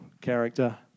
character